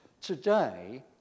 Today